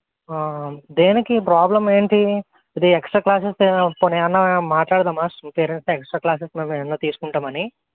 దేనికి ప్రోబ్లం ఏంటి ఇదే ఎక్స్ట్రా క్లాసెస్ పోనీ ఏమైనా మాట్లాడదామా పేరెంట్స్తో ఎక్స్ట్రా క్లాసెస్ మేము ఏమైనా తీసుకుంటాము అని